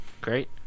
Great